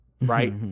right